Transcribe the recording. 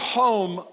home